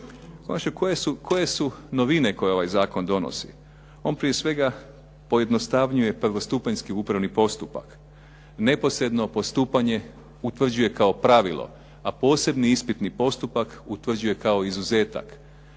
Koje su novine koje ovaj zakon donosi? On prije svega pojednostavnjuje prvostupanjski upravni postupak, neposredno postupanje utvrđuje kao pravilo, a posebni ispitni postupak utvrđuje kao izuzetak.